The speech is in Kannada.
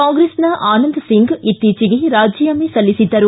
ಕಾಂಗ್ರೆಸ್ನ ಆನಂದ್ ಸಿಂಗ್ ಇತ್ತೀಚಿಗಪ್ಟೆ ರಾಜೀನಾಮೆ ಸಲ್ಲಿಸಿದ್ದರು